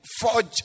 forge